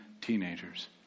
teenagers